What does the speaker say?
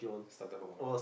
starter Pokemon